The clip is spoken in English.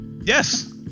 Yes